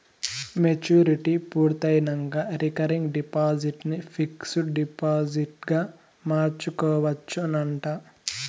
maturity పూర్తయినంక recurring deposit ని fixed డిపాజిట్గ మార్చుకోవచ్చునంట